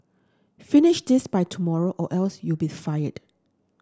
finish this by tomorrow or else you'll be fired